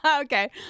Okay